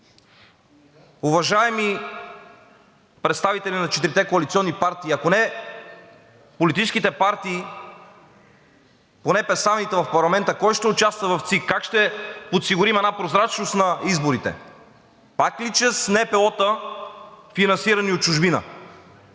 Уважаеми представители на четирите коалиционни партии, ако не политическите партии, поне представител в парламента, кой ще участва в ЦИК, как ще подсигурим една прозрачност на изборите? Пак ли чрез НПО-та, финансирани от чужбина?